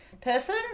person